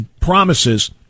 promises